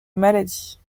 maladies